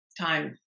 time